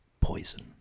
Poison